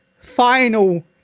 final